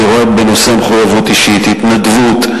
אני רואה בנושא מחויבות אישית, התנדבות,